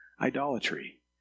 idolatry